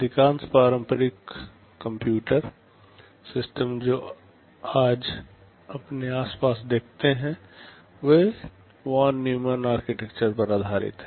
अधिकांश पारंपरिक computer system जो आप अपने आसपास देखते हैं वे वॉन न्यूमन आर्किटेक्चर पर आधारित हैं